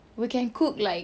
we can cook like